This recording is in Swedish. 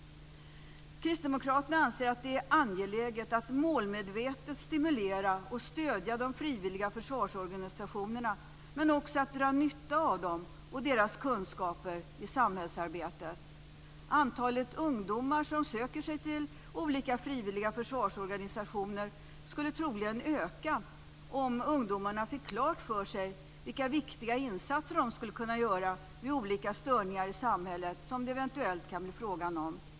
Kristdemokraterna anser att det är angeläget att målmedvetet stimulera och stödja de frivilliga försvarsorganisationerna men också att dra nytta av dem och deras kunskaper i samhällsarbetet. Antalet ungdomar som söker sig till olika frivilliga försvarsorganisationer skulle troligen öka om ungdomarna fick klart för sig vilka viktiga insatser de skulle kunna göra vid olika störningar i samhället som det eventuellt kan bli fråga om.